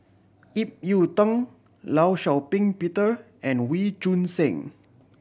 Ip Yiu Tung Law Shau Ping Peter and Wee Choon Seng